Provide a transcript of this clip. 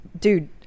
dude